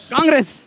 Congress